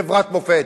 חברת מופת.